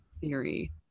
theory